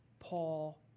Paul